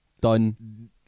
done